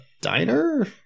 diner